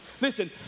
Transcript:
Listen